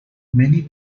many